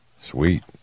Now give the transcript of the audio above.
Sweet